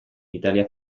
italia